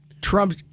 Trump